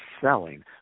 selling